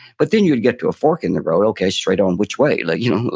but then you would get to a fork in the road, okay, straight on which way? like you know,